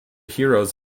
heroes